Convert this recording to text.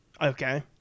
Okay